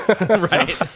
Right